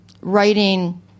writing